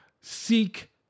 seek